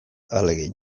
ahalegin